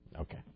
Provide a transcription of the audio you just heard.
okay